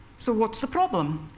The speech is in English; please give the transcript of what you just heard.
so what's the problem?